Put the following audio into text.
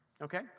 Okay